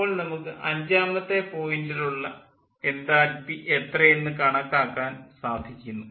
അപ്പോൾ നമുക്ക് അഞ്ചാമത്തെ പോയിൻ്റിലുള്ള എൻതാൽപ്പി എത്രയെന്നു കണക്കാക്കുവാൻ സാധിക്കുന്നു